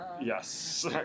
Yes